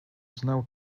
znał